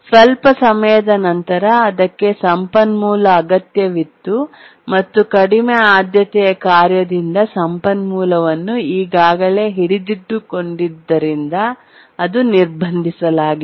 ಸ್ವಲ್ಪ ಸಮಯದ ನಂತರ ಅದಕ್ಕೆ ಸಂಪನ್ಮೂಲ ಅಗತ್ಯವಿತ್ತು ಮತ್ತು ಕಡಿಮೆ ಆದ್ಯತೆಯ ಕಾರ್ಯದಿಂದ ಸಂಪನ್ಮೂಲವನ್ನು ಈಗಾಗಲೇ ಹಿಡಿದಿಟ್ಟುಕೊಂಡಿದ್ದರಿಂದ ಅದನ್ನು ನಿರ್ಬಂಧಿಸಲಾಗಿದೆ